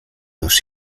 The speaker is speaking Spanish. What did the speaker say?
dos